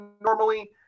normally